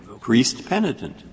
priest-penitent